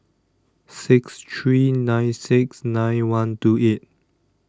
six three nine six nine one two eight